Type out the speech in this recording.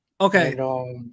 Okay